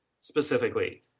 specifically